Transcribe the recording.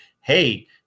Hey